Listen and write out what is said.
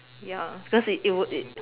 ya cause it it was it